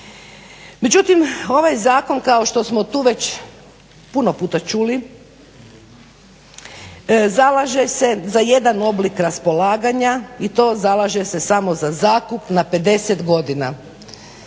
Međutim ovaj zakon kao što smo tu već puno puta čuli zalaže se za jedan oblik raspolaganja i to zalaže se samo za zakup na 50 godina.